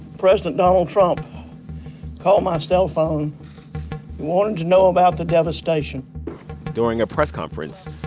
president donald trump called my cellphone wanting to know about the devastation during a press conference,